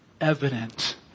evident